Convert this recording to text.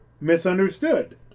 misunderstood